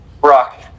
Brock